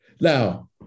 Now